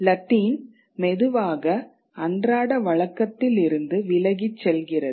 Latin மெதுவாக அன்றாட வழக்கத்தில் இருந்து விலகிச் செல்கிறது